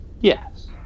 Yes